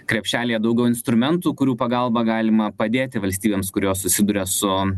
krepšelyje daugiau instrumentų kurių pagalba galima padėti valstybėms kurios susiduria su